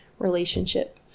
relationship